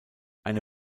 eine